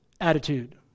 Attitude